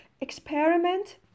Experiment